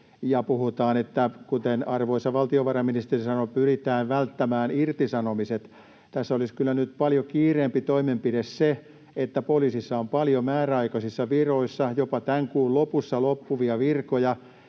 puhutaan, kuten arvoisa valtionvarainministeri sanoi, että pyritään välttämään irtisanomiset. Tässä olisi kyllä nyt paljon kiireempi toimenpide sen suhteen, että poliisissa on paljon määräaikaisia virkoja, jopa tämän kuun lopussa loppuvia virkoja.